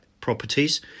properties